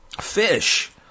fish